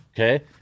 Okay